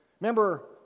Remember